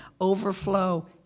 overflow